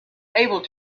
able